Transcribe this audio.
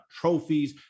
trophies